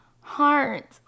heart